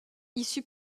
issue